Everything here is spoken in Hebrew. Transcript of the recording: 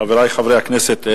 חברי חברי הכנסת,